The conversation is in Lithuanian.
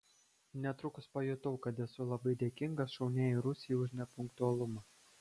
netrukus pajutau kad esu labai dėkingas šauniajai rusei už nepunktualumą